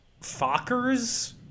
Fockers